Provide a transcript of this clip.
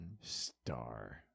star